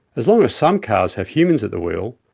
as long as some cars have humans at the wheel,